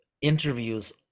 interviews